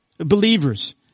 Believers